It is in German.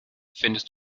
findest